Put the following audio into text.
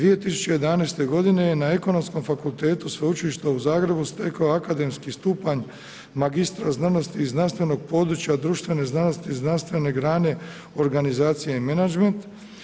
2011. g. je na Ekonomskom fakultetu Sveučilišta u Zagrebu stekao akademski stupanj magistra znanosti iz znanstvenog područja društvene znanosti i znanstvene grane organizacije i menadžment.